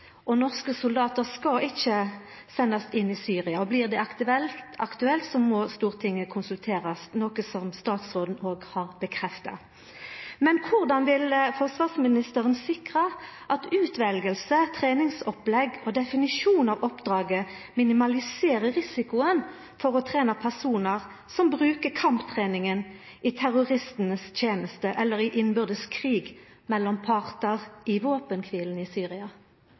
og norske soldatar skal ikkje sendast inn i Syria. Blir det aktuelt, må Stortinget konsulterast – noko statsråden òg har bekrefta. Men korleis vil forsvarsministeren sikra at utveljinga, treningsopplegget og definisjonen av oppdraget minimaliserer risikoen for å trena personar som brukar kamptreninga i terroristane si teneste, eller i innbyrdes krig mellom partar i våpenkvila i Syria?